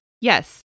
Yes